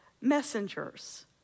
messengers